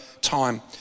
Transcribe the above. time